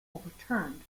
overturned